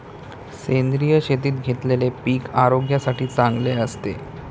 सेंद्रिय शेतीत घेतलेले पीक आरोग्यासाठी चांगले असते